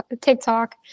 TikTok